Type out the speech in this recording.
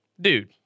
dude